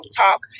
talk